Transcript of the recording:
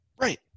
Right